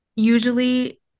usually